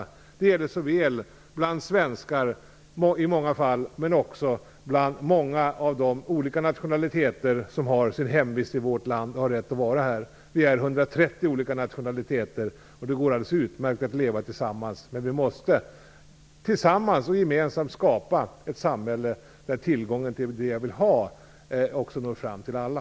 Det gäller såväl svenskar som många av de olika nationaliteter som har sitt hemvist i vårt land och som har rätt att vara här. Vi är 130 olika nationaliteter, och det går alldeles utmärkt att leva tillsammans. Men vi måste tillsammans och gemensamt skapa ett samhälle där alla har tillgång till det som vi vill ha.